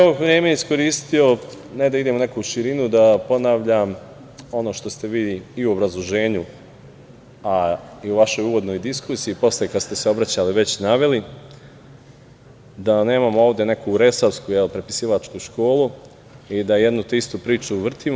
Ovo vreme bih iskoristio ne da idem u neku širinu, da ponavljam ono što ste vi i u obrazloženju, a i u vašoj uvodnoj diskusiji kad ste se obraćali već naveli, da nemamo ovde neku resavsku, prepisivačku školu i da jednu te istu priču vrtimo.